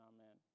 Amen